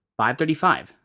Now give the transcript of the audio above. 535